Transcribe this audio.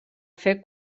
fer